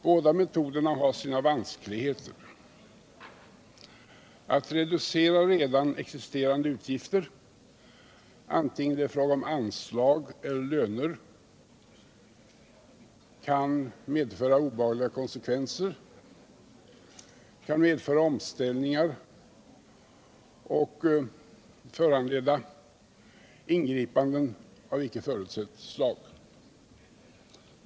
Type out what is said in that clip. Båda metoderna har sina vanskligheter. Att reducera redan existerande utgifter, antingen det är fråga om anslag eller löner, kan medföra obehagliga konsekvenser. Det kan medföra omställningar och föranleda ingripanden av icke förutsett slag.